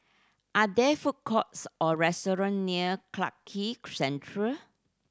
are there food courts or restaurant near Clarke Quay Central